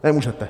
Nemůžete.